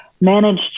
managed